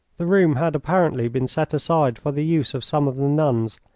the room had apparently been set aside for the use of some of the nuns,